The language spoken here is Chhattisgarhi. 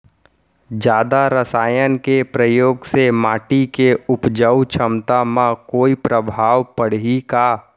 जादा रसायन के प्रयोग से माटी के उपजाऊ क्षमता म कोई प्रभाव पड़ही का?